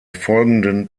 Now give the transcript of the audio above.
folgenden